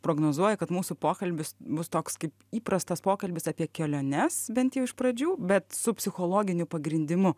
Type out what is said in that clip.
prognozuoja kad mūsų pokalbis bus toks kaip įprastas pokalbis apie keliones bent jau iš pradžių bet su psichologiniu pagrindimu